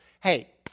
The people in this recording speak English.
hey